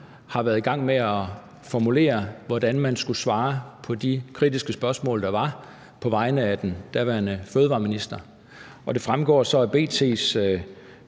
har været i gang med at formulere, hvordan man skulle svare på de kritiske spørgsmål, der var, på vegne af den daværende fødevareminister, og det fremgår så af B.T.'s